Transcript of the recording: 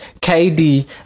KD